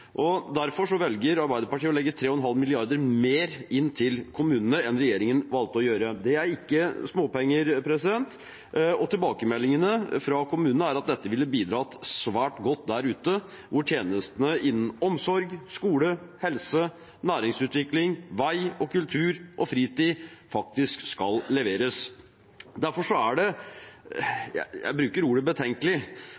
Derfor velger Arbeiderpartiet å legge 3,5 mrd. kr mer inn til kommunene enn regjeringen valgte å gjøre. Det er ikke småpenger, og tilbakemeldingene fra kommunene er at dette ville bidratt svært godt der ute, hvor tjenestene innen omsorg, skole, helse, næringsutvikling, vei, kultur og fritid faktisk skal leveres. Derfor er det